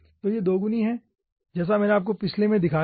तो यह दोगुनी है जैसा मैंने आपको पिछले में दिखाया हैं